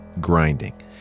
grinding